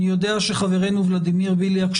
אני יודע שחברנו ולדימיר בליאק,